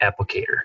applicator